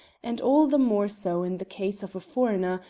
and all the more so in the case of a foreigner,